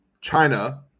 china